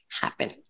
happen